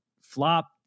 flop